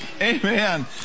Amen